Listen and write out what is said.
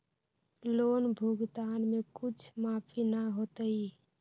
Loan भुगतान में कुछ माफी न होतई?